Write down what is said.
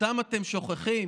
אותם אתם שוכחים.